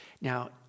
Now